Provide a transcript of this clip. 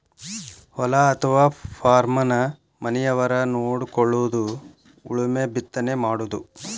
ಹೊಲಾ ಅಥವಾ ಪಾರ್ಮನ ಮನಿಯವರ ನೊಡಕೊಳುದು ಉಳುಮೆ ಬಿತ್ತನೆ ಮಾಡುದು